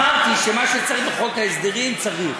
אמרתי שמה שצריך בחוק ההסדרים, צריך.